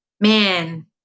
Man